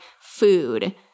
food